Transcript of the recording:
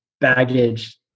baggage